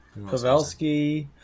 Pavelski